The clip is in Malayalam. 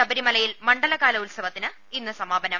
ശബരിമലയിൽ മണ്ഡലകാല ഉത്സ്വത്തിന് ഇന്ന് സമാപനം